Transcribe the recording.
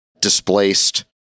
displaced